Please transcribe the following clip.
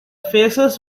faces